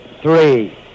three